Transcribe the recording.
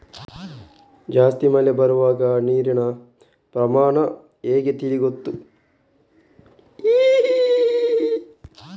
ಜಾಸ್ತಿ ಮಳೆ ಬರುವಾಗ ನೀರಿನ ಪ್ರಮಾಣ ಹೇಗೆ ತಿಳಿದುಕೊಳ್ಳುವುದು?